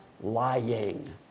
lying